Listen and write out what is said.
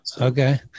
okay